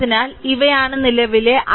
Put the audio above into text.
അതിനാൽ ഇവയാണ് നിലവിലുള്ള i2 i1 r i3 i4